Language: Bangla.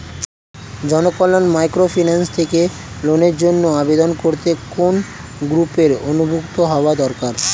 জনকল্যাণ মাইক্রোফিন্যান্স থেকে লোনের জন্য আবেদন করতে কোন গ্রুপের অন্তর্ভুক্ত হওয়া দরকার?